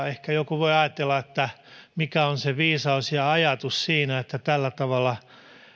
ehkä joku voi ajatella että mikä on se viisaus ja ajatus siinä että tällä tavalla